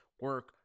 Work